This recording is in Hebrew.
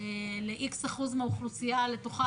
ל-X אחוז מהאוכלוסייה לתוכה,